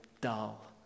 dull